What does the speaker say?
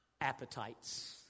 appetites